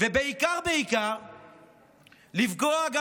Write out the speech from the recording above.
כמה חשובה היום ועדת החוקה, אדון אלמוג?